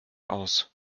aus